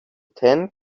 tent